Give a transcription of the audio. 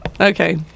Okay